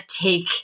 take